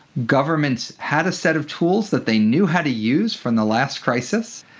governments had a set of tools that they knew how to use from the last crisis,